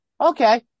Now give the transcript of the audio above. Okay